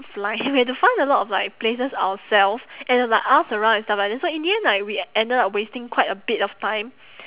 fly we had to find a lot of like places ourself and to like ask around and stuff like that so in the end like we ended up wasting quite a bit of time